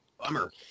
bummer